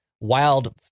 wild